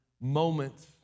moments